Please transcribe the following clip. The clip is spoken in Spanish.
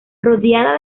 rodeada